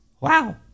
Wow